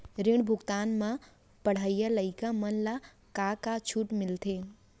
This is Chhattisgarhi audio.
ऋण भुगतान म पढ़इया लइका मन ला का का छूट मिलथे?